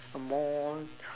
a more